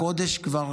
אחרי חודש כבר